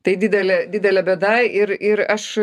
tai didelė didelė bėda ir ir aš